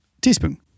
Teaspoon